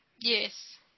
Yes